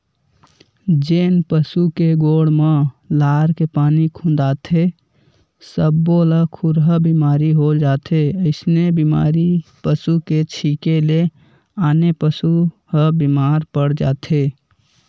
जेन पसु के गोड़ म लार के पानी खुंदाथे सब्बो ल खुरहा बेमारी हो जाथे अइसने बेमारी पसू के छिंके ले आने पसू ह बेमार पड़ जाथे